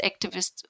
activists